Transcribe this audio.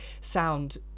sound